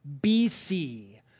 BC